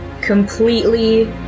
Completely